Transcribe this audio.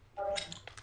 אזרח.